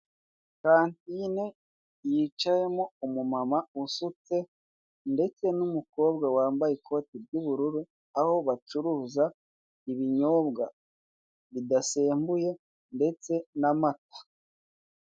Kantine yicayemo umumama usutse ndetse n'umukobwa wambaye ikoti ry'ubururu, aho bacuruza ibinyobwa bidasembuye ndetse n'amata.